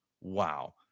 wow